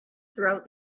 throughout